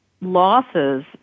losses